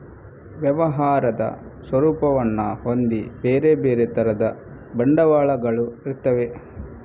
ವ್ಯವಹಾರದ ಸ್ವರೂಪವನ್ನ ಹೊಂದಿ ಬೇರೆ ಬೇರೆ ತರದ ಬಂಡವಾಳಗಳು ಇರ್ತವೆ